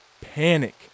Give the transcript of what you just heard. Panic